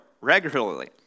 regularly